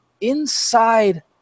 inside